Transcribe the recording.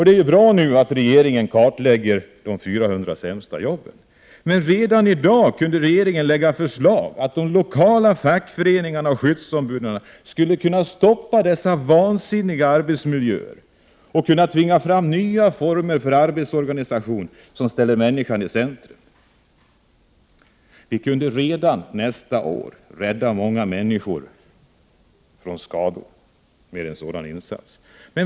Det är bra att regeringen nu kartlägger de 400 000 sämsta jobben. Men redan i dag kunde regeringen lägga fram förslag om att de lokala fackföreningarna och skyddsombuden skulle kunna stoppa dessa vansinniga arbetsmiljöer och tvinga fram nya former för arbetsorganisation som ställer människan i centrum. Vi kunde redan nästa år rädda många människor från skador genom en sådan insats.